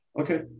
Okay